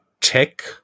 tech